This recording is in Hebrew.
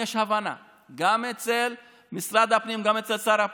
יש הבנה גם במשרד הפנים,